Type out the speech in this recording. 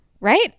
right